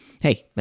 Hey